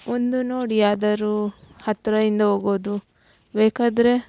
ಒಂದು ನೋಡಿ ಯಾವುದಾರು ಹತ್ತಿರ ಇಂದ ಹೋಗೋದು ಬೇಕಾದರೆ